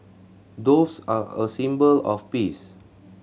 doves are a symbol of peace